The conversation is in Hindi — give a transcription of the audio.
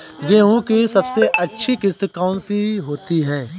गेहूँ की सबसे अच्छी किश्त कौन सी होती है?